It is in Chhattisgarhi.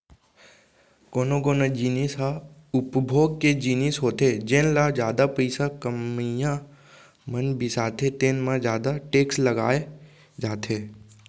कोनो कोनो जिनिस ह उपभोग के जिनिस होथे जेन ल जादा पइसा कमइया मन बिसाथे तेन म जादा टेक्स लगाए जाथे